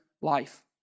life